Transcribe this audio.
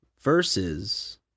versus